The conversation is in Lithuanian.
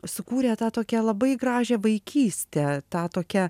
sukūrė tą tokią labai gražią vaikystę tą tokią